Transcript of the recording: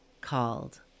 called